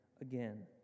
again